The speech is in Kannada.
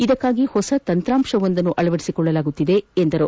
ಇದಕ್ಕಾಗಿ ಹೊಸ ತಂತ್ರಾಂಶವೊಂದನ್ನು ಅಳವಡಿಸಿಕೊಳ್ಳಲಾಗುತ್ತಿದೆ ಎಂದರು